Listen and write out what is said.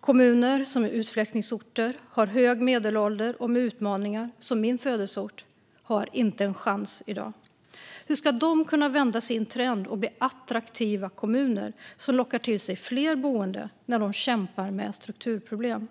Kommuner som är utflyttningsorter, har en hög medelålder och med utmaningar, som min födelseort, har inte en chans i dag. Hur ska de kunna vända sin trend och bli attraktiva kommuner som lockar till sig fler boende när de kämpar med ett strukturproblem?